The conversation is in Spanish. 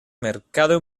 mercado